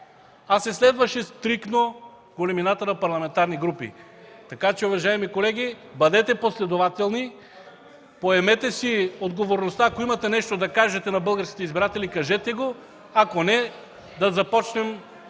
а се следваше стриктно големината на парламентарните групи. Така че, уважаеми колеги, бъдете последователни, поемете си отговорността, ако имате да кажете нещо на българските избиратели – кажете го, ако не, да започнем